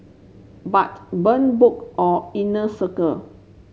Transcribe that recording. but burn book or inner circle